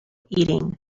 eating